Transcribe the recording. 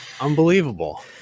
unbelievable